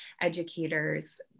educators